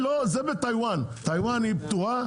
טאיוואן פטורה?